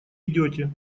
идете